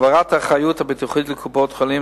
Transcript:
העברת האחריות הביטוחית לקופות-החולים,